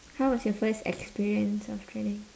how was your first experience of threading